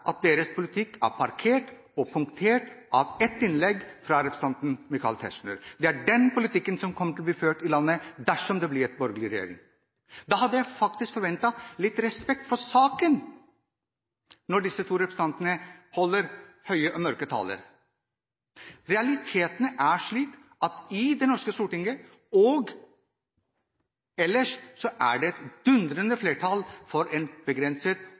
at deres politikk er parkert og punktert av ett innlegg fra representanten Michael Tetzschner. Det er den politikken som vil bli ført i landet dersom det blir en borgerlig regjering. Jeg hadde faktisk forventet litt respekt for saken når disse to representantene holder høye og mørke taler. Realiteten er slik at det i Det norske storting og ellers er et dundrende flertall for en begrenset